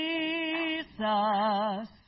Jesus